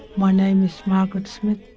my name is margaret smith,